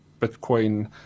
Bitcoin